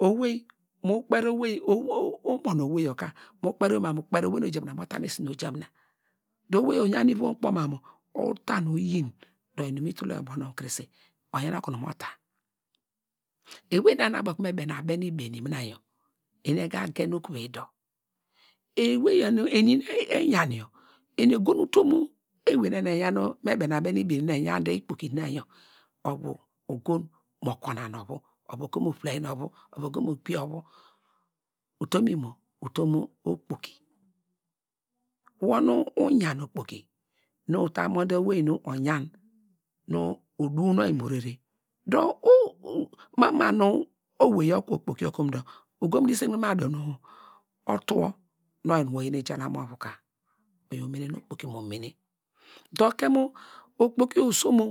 Owei, mu kperi owei, umon owei yor ka mu kperi owei nu oja mina mu ota esinu oja mina dor owei yo oyan ivom kpo mamu ota oyin dor inum mi tul oyi ubo nonu krese dor oyi oyan oku mota, ewey nu abo okonu me bene abene ibeni mina yor eni ega gen okuveyi dor eney yor nu, eru nu egan yor eni egon utum mu ewey nor na nu eyan, nu bene abene ibeni nu eyan de ikpoki na yor, ovu ogon mo kuhna nu ovu, ovu egon mo vulainy nu ovu, ovu ogo mo gbiye ovu, utum imo, utum okpoki, wor nu uyan okpoki nu uta mon de owei, nu oyan, nu uduw nor oyi mo rere dor ma ma nu owei yor okuw okpoki yor kum ugohn mu diesegne mu adu nu otuwo nu oyin nu wor ayin ijalam ovu ka oyor umene nu okpoki mo mene, dor kemu okpoki yor osom o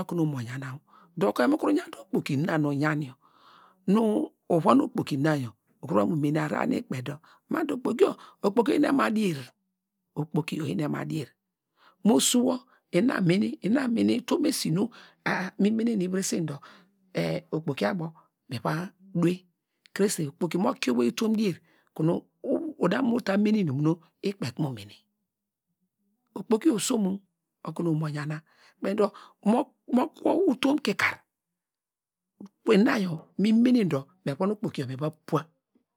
okunu owei mo yana dor ukuru yan te okpoki ma nu oyan yor, nu uvun okpoki na yor uvam mu mene ahrar nu ikpe dor ma dor okpoki yor okpoki oyin ema dier, okpoki oyin ema dier, mo su wor ina mene, ina mene utum esi nu mi mene mu viresen dor okpoki abo miva kpeke, okpoki mo kie owei utum dier okunu udam ta mene inum nu ikpe okunu mu mene okpoki yor osom o okunu owei mo yana kpein dor mo kuwo utum kikar ina yor mi mene dor mi vun okpoki miva pua.